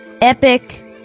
epic